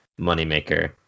moneymaker